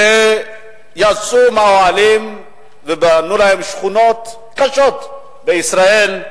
ויצאו מהאוהלים ובנו להם שכונות קשות בישראל,